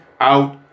out